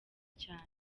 cyane